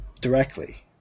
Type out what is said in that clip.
directly